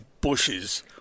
bushes